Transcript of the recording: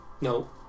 No